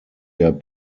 der